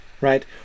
right